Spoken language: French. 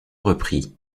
reprit